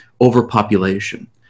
overpopulation